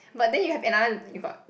but then you have another you got